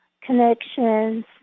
connections